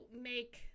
make